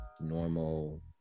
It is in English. normal